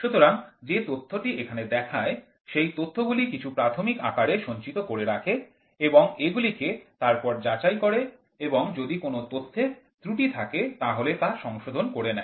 সুতরাং যে তথ্যটি এখানে দেখায় সেই তথ্যগুলি কিছু প্রাথমিক আকারে সঞ্চিত করে রাখে এবং এগুলিকে তারপর যাচাই করে এবং যদি কোন তথ্যে ত্রুটি থাকে তাহলে তা সংশোধন করে নেয়